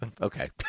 Okay